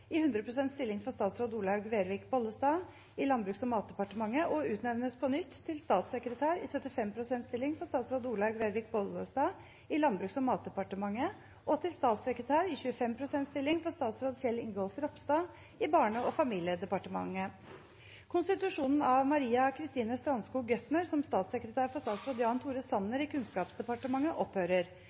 i 100 prosent stilling for statsråd Olaug Vervik Bollestad i Landbruks- og matdepartementet og utnevnes på nytt til statssekretær i 75 prosent stilling for statsråd Olaug Vervik Bollestad i Landbruks- og matdepartementet og til statssekretær i 25 prosent stilling for statsråd Kjell Ingolf Ropstad i Barne- og familiedepartementet. Konstitusjonen av Maria Kristine Strandskog Göthner som statssekretær for statsråd Jan Tore Sanner i Kunnskapsdepartementet opphører.